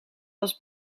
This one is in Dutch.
was